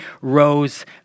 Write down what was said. rose